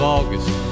August